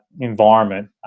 environment